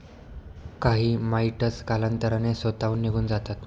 काही माइटस कालांतराने स्वतःहून निघून जातात